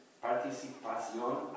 participación